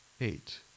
Eight